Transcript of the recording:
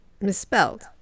misspelled